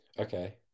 okay